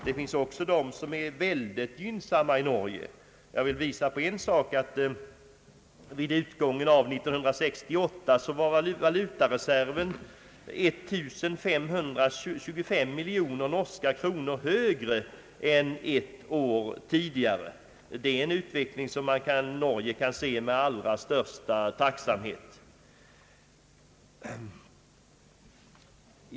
Det finns även sådant som är mycket gynnsamt i Norge. Vid utgången av 1968 var valutareserven 1525 miljoner norska kronor större än ett år tidigare. Det är en utveckling som Norge kan se på med allra största tacksamhet.